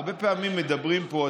הרבה פעמים מדברים פה,